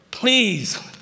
Please